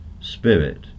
spirit